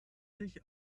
sich